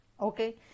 Okay